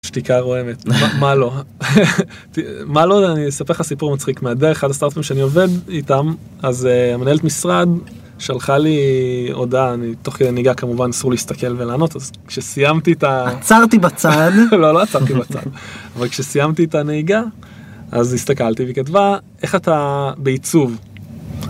שתיקה רועמת, מה לא. מה לא, אני אספר לך סיפור מצחיק, אחד הסטארטפים שאני עובד איתם, אז המנהלת משרד שלחה לי הודעה, אני תוך כדי נהיגה כמובן אסור להסתכל ולענות, אז כשסיימתי את ה... עצרתי בצד. לא, לא עצרתי בצד, אבל כשסיימתי את הנהיגה, אז הסתכלתי והיא כתבה, איך אתה בעיצוב?